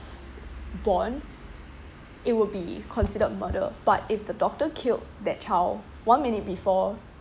born it would be considered mother but if the doctor killed that child one minute before